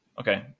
okay